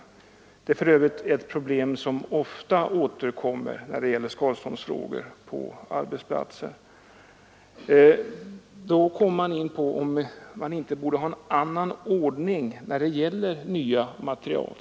Detta är för övrigt ett problem som ofta återkommer när det gäller skadeståndsfrågor på arbetsplatser. Därför frågar man sig om vi inte borde ha en annan ordning när det gäller nya material.